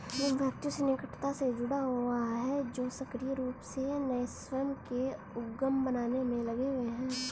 उन व्यक्तियों से निकटता से जुड़ा हुआ है जो सक्रिय रूप से नए स्वयं के उद्यम बनाने में लगे हुए हैं